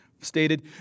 stated